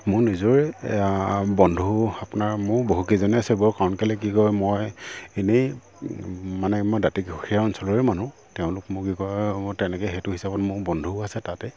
মোৰ নিজৰে বন্ধু আপোনাৰ মোৰ বহুকেইজনে আছে বৰ কাৰণ কেলৈ কি কয় মই এনেই মানে মই দাঁতিকাষৰীয়া অঞ্চলৰে মানুহ তেওঁলোক মোৰ কি কয় মোৰ তেনেকৈ সেইটো হিচাপত মোৰ বন্ধুও আছে তাতে